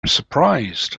surprised